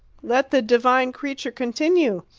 let the divine creature continue!